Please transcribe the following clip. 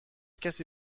کسی